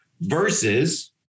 versus